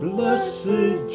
Blessed